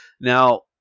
Now